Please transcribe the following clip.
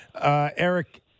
Eric